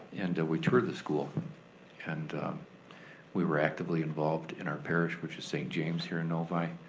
and we toured the school and we were actively involved in our parish, which is st. james here in novi.